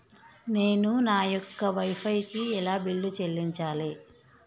నేను నా యొక్క వై ఫై కి ఎలా బిల్లు చెల్లించాలి?